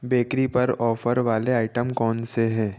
bakery पर offer वाले item कौन से है